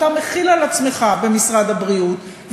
שאתה מחיל על עצמך במשרד הבריאות,